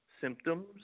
symptoms